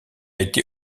été